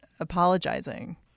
Apologizing